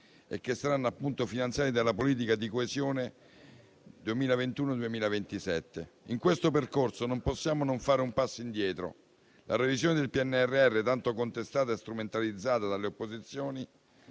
e che saranno finanziati dalla politica di coesione 2021-2027. In questo percorso non possiamo non fare un passo indietro. La revisione del PNRR, tanto contestata e strumentalizzata dalle opposizioni,